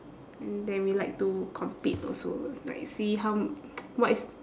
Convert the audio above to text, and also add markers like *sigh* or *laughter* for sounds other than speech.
and then we like to compete also like see how *noise* what is